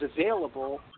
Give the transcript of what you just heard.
available